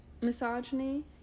misogyny